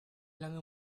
lange